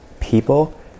people